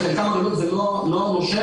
וחלקם הגדול זה נוער נושר,